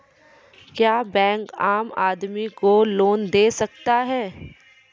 क्या बैंक आम आदमी को लोन दे सकता हैं?